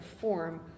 form